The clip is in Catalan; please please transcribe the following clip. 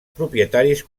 propietaris